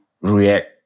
react